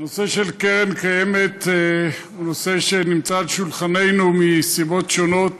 הנושא של קרן קיימת הוא נושא שנמצא על שולחננו מסיבות שונות,